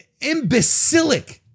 imbecilic